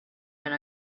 been